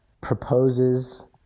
proposes